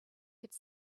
could